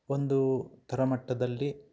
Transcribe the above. ಒಂದು ಥರ ಮಟ್ಟದಲ್ಲಿ